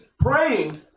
Praying